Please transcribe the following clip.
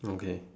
okay